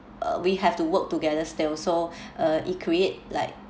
uh we have to work together still so uh it create like